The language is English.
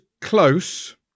close